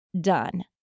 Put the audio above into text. done